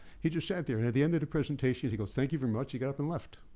he just sat there. and at the end of the presentation he goes, thank you very much. he got up and left.